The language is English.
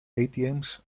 atms